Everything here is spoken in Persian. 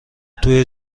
توی